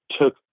took